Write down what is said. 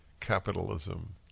capitalism